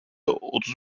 otuz